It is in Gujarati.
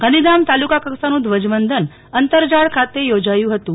ગોંધીધામ તાલુકો કક્ષાનું ધ્વજવંદન અંતરજાળ ખાતે કરાયું હતું